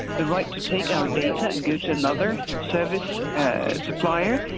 the right to take our data and go to another service supplier,